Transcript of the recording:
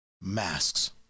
masks